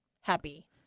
happy